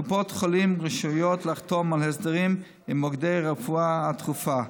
קופות החולים רשאיות לחתום על הסדרים עם מוקדי הרפואה הדחופה.